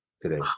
today